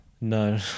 No